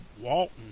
Walton